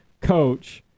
coach